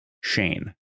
Shane